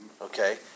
okay